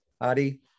Adi